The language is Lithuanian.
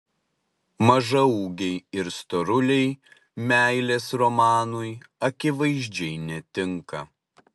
mažaūgiai ir storuliai meilės romanui akivaizdžiai netinka